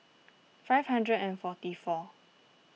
five hundred and forty four